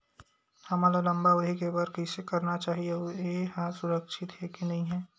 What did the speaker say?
हमन ला लंबा अवधि के बर कइसे करना चाही अउ ये हा सुरक्षित हे के नई हे?